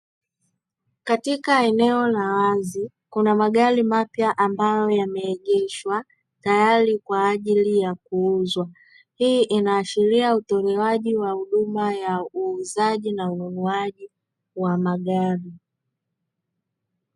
Katika Eneo la wazi kuna magari mapya ambayo yameegeshwa tayari kwa ajili ya kuuzwa, hii inaashiria utolewaji wa huduma ya uuzaji na ununuaji wa magari.